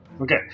Okay